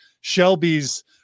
Shelby's